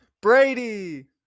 Brady